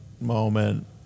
moment